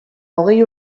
hogei